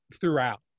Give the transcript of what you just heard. throughout